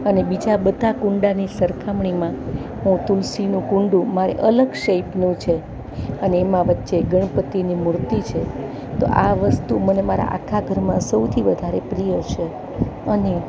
અને બીજા બધા કુંડાની સરખામણીમાં હું તુલસીનું કૂંડું મારે અલગ શેપનું છે અને એમાં વચ્ચે ગણપતિની મૂર્તિ છે તો આ વસ્તુ મને મારા આખા ઘરમાં સૌથી વધારે પ્રિય છે અને